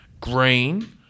green